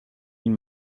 ihn